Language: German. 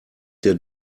der